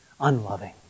unloving